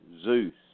zeus